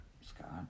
Scott